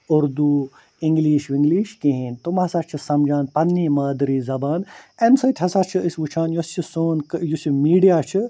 Urdu English کِہیٖنٛۍ تِم ہَسا چھِ سمجان پَنٕنی مادری زبان اَمہِ سۭتۍ ہَسا چھِ أسۍ وُچھان یۅس یہِ سون یُس یہِ میٖڈیا چھُ